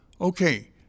Okay